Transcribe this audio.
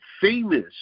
famous